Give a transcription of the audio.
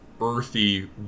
earthy